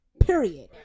period